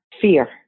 Fear